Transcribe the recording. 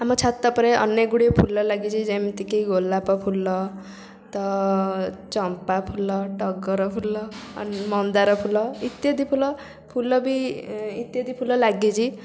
ଆମ ଛାତ ଉପରେ ଅନେକ ଗୁଡ଼ିଏ ଫୁଲ ଲାଗିଛି ଯେମିତି କି ଗୋଲାପ ଫୁଲ ତ ଚମ୍ପା ଫୁଲ ଟଗର ଫୁଲ ମନ୍ଦାର ଫୁଲ ଇତ୍ୟାଦି ଫୁଲ ଫୁଲ ବି ଇତ୍ୟାଦି ଫୁଲ ଲାଗିଛି